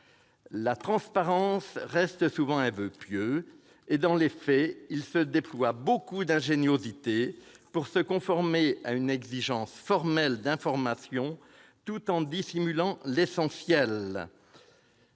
La transparence reste souvent un voeu pieux. Dans les faits, on déploie beaucoup d'ingéniosité pour se conformer à l'exigence formelle d'information tout en dissimulant l'essentiel.